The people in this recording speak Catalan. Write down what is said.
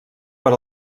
per